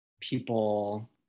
people